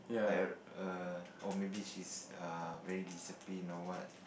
like err or maybe she's a very disciplined or what